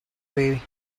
way